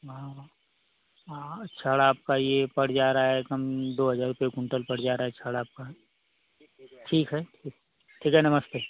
हाँ हाँ छड़ आपका यह पड़ जा रहा है कम दो हज़ार रुपये कुंटल पड़ जा रहा है छड़ आपका ठीक है तो ठीक है नमस्ते